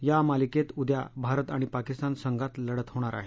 या मालिकेत उद्या भारत आणि पाकिस्तान संघात लढत होणार आहे